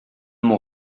mon